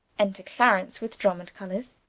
enter clarence, with drumme and colours.